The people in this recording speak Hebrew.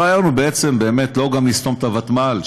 הרעיון הוא בעצם לא גם לסתום את הוותמ"ל,